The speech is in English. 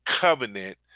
covenant